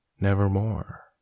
Nevermore